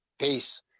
peace